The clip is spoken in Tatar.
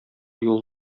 юлы